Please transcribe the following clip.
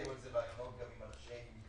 היו על זה ראיונות גם עם אנשי מקצוע.